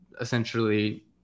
essentially